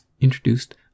introduced